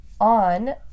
on